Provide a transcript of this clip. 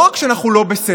לא רק שאנחנו לא בסדר,